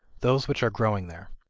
those which are growing there.